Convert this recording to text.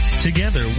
Together